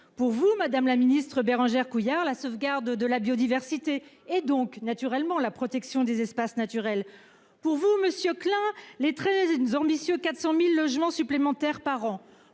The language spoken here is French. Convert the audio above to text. pour vous, madame Couillard, la sauvegarde de la biodiversité et, naturellement, la protection des espaces naturels ; pour vous, monsieur Klein, les très ambitieux 400 000 logements supplémentaires par an